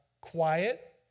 quiet